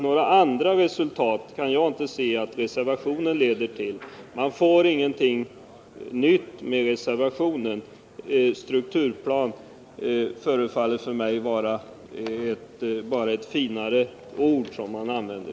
Några andra resultat kan jag inte se att reservationen leder till: ”Strukturplan” förefaller mig bara vara ett finare ord som man använder i sammanhanget. Jag yrkar bifall till utskottets hemställan. Om minst hälften av de röstande röstar nej har kammaren beslutat att ärendet i denna del skall återförvisas till utskottet.